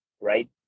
right